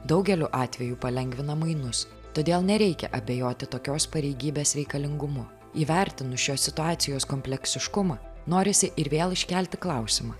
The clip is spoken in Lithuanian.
daugeliu atvejų palengvina mainus todėl nereikia abejoti tokios pareigybės reikalingumu įvertinus šios situacijos kompleksiškumą norisi ir vėl iškelti klausimą